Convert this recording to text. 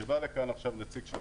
כשבא לכאן עכשיו נציג של